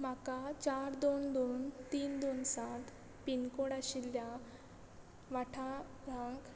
म्हाका चार दोन दोन तीन दोन सात पिनकोड आशिल्ल्या वाठारांक